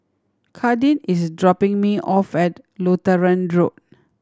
Kadin is dropping me off at Lutheran Road